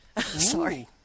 Sorry